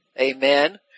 Amen